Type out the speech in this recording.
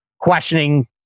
questioning